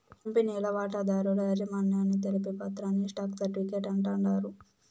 కంపెనీల వాటాదారుల యాజమాన్యాన్ని తెలిపే పత్రాని స్టాక్ సర్టిఫీకేట్ అంటాండారు